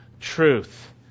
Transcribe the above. truth